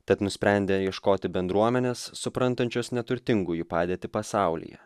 tad nusprendė ieškoti bendruomenės suprantančios neturtingųjų padėtį pasaulyje